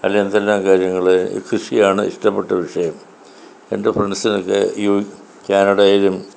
അങ്ങനെ എന്തെല്ലാം കാര്യങ്ങൾ കൃഷിയാണ് ഇഷ്ടപ്പെട്ട വിഷയം എൻ്റെ ഫ്രണ്ട്സിനൊക്കെ ക്യാനഡയിലും